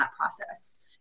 process